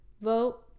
vote